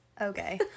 Okay